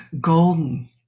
golden